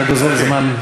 אתה גוזל זמן.